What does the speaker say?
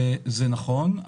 זה נכון,